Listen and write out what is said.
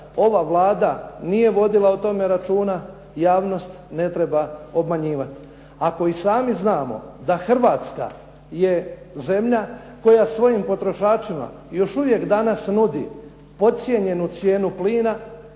ova Vlada nije vodila o tome računa, javnost ne treba obmanjivati. Ako i sami znamo da Hrvatska je zemlja koja svojim potrošačima još uvijek danas nudi podcijenjenu cijenu plina